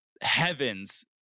heavens